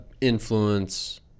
influence